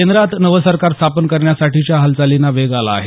केंद्रात नवे सरकार स्थापन करण्यासाठीच्या हालचालींना वेग आला आहे